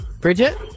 Bridget